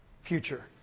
future